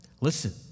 Listen